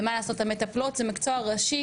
ומה לעשות המטפלות זה מקצוע ראשי,